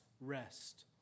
rest